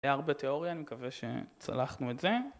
זה היה הרבה תיאוריה אני מקווה שצלחנו את זה.